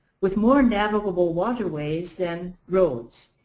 with more inevitable waterways than roads.